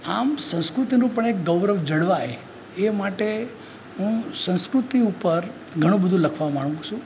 આમ સંસ્કૃતિનું પણ એક ગૌરવ જળવાય એ માટે હું સંસ્કૃતિ ઉપર ઘણું બધુ લખવા માગુ છું